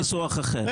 ניסוח אחר,